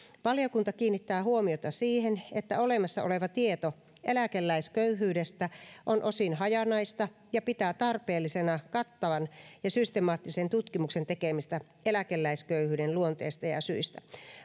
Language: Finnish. valiokunta kiinnittää huomiota siihen että olemassa oleva tieto eläkeläisköyhyydestä on osin hajanaista ja pitää tarpeellisena kattavan ja systemaattisen tutkimuksen tekemistä eläkeläisköyhyyden luonteista ja syistä